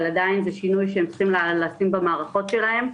עדיין זה שינוי שהם צריכים לשים במערכות שלהם,